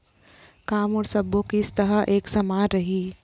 का मोर सबो किस्त ह एक समान रहि?